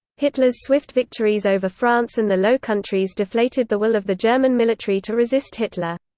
hitler's swift victories over france and the low countries deflated the will of the german military to resist hitler.